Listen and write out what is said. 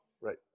Right